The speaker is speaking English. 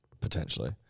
Potentially